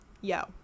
Yo